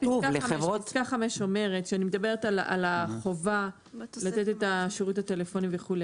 פסקה (5) אומרת - כשאני מדברת על החובה לתת את השירות הטלפוני וכולי